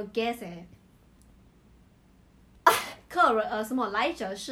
eh ya lah thirty six correct